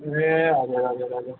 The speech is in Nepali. ए हजुर हजुर हजुर